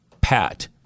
PAT